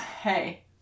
Hey